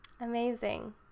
Amazing